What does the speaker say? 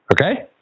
Okay